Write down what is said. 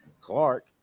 Clark